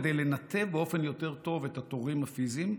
כדי לנתב באופן יותר טוב את התורים הפיזיים,